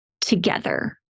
together